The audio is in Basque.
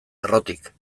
errotik